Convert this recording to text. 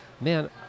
man